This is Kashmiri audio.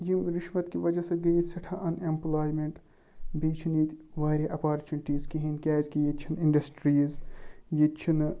ییٚمہِ رِشوَت کہِ وجہ سۭتۍ گٔے ییٚتہِ سیٚٹھاہ اَن ایٚمپُلامیٚنٹ بیٚیہِ چھِنہٕ ییٚتہِ واریاہ اٮ۪پارچُنٹیٖز کِہیٖنۍ کیازِکہِ ییٚتہِ چھِنہٕ اِنڈَسٹریٖز ییٚتہِ چھِنہٕ